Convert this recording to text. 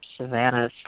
Savannah